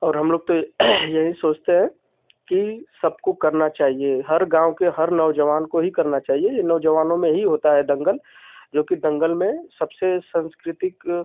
और हमलोग तो यही सोचते हैं कि सबको करना चाहिए हर गाँव के हर नौज़वान को ही करना चाहिए यह नौज़वानों में ही होता है दंगल जो कि दंगल में सबसे साँस्कृतिक